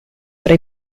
tra